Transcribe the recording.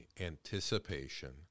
anticipation